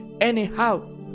Anyhow